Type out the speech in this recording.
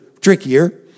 trickier